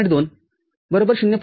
४- २ ०